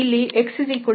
ಇಲ್ಲಿ xrcos ಮತ್ತು yrsin